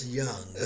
young